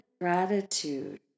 gratitude